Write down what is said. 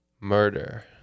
murder